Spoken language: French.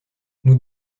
nous